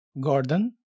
Gordon